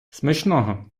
смачного